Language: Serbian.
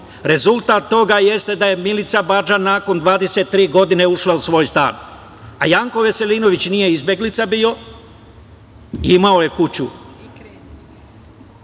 Rezultat toga jeste da je Milica Badža nakon 23 godine ušla u svoj stan. A Janko Veselinović nije izbeglica bio, imao je kuću